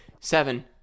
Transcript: seven